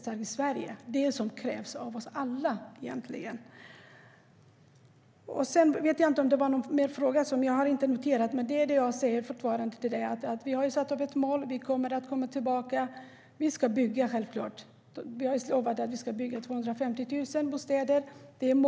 Det är det som krävs av oss alla. Jag vet inte om du ställde någon mer fråga som jag inte har noterat, Nina Lundström. Men det är det jag fortfarande säger till dig: Vi har satt upp ett mål. Vi kommer att återkomma. Vi ska bygga - självklart. Vi har lovat att vi ska bygga 250 000 bostäder. Det är målet.